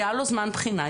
היה לו זמן בחינה,